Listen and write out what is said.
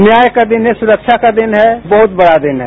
न्याय का दिन है सुरक्षा का दिन है बहुत बड़ा दिन है